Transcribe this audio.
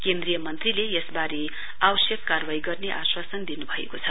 केन्द्रीय मन्त्रीले यसबारे आवश्यक कार्रवाई गर्ने आश्वसन दिनुभएको छ